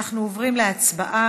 אנחנו עוברים להצבעה